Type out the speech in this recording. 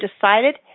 decided